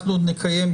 נקיים,